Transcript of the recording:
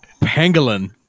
Pangolin